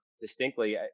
distinctly